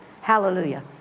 Hallelujah